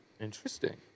Interesting